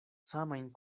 samajn